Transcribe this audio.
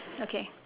okay